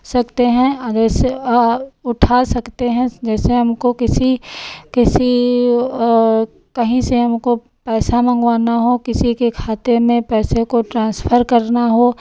सकते हैं अ जैसे उठा सकते हैं जैसे हमको किसी किसी कहीं से हमको पैसा मंगवाना हो किसी के खाते में पैसे को ट्रांसफर करना हो